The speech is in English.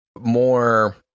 more